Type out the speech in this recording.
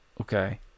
okay